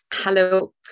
Hello